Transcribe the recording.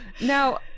Now-